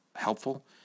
helpful